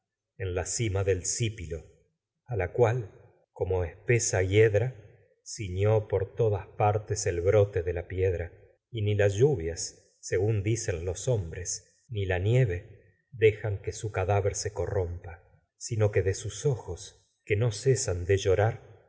en la cima del a sipilo la cual como espesa hiedra ciñó por todas par la tes el brote de piedra y ni las lluvias según dicen los hombres ni la nieve dejan que su cadávér se corrompa sino que de sus ojos que no mujr cesan de llorar